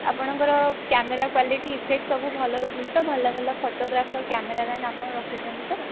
ଆପଣଙ୍କର camera quality effect ସବୁ ଭଲ ରହୁଛି ତ ଭଲ ଭଲ ଫଟୋଗ୍ରାଫର କ୍ୟାମେରାମ୍ୟାନ ଆପଣ ରଖିଛନ୍ତି ତ